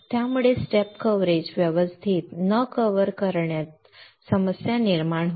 आणि त्यामुळे step coverage व्यवस्थित न कव्हर करण्यात समस्या निर्माण होईल